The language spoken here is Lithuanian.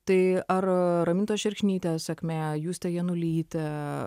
tai ar ramintos šerkšnytės sakmė justė janulytė